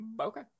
Okay